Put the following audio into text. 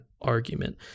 argument